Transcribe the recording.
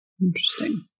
Interesting